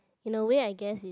in a way I guess is